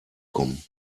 kommen